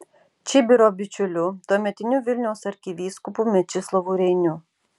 čibiro bičiuliu tuometiniu vilniaus arkivyskupu mečislovu reiniu